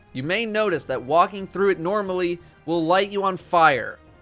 you may notice that walking through it normally wil light you on fire.